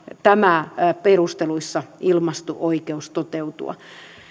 tämä perusteluissa ilmaistu oikeus toteutua